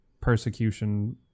persecution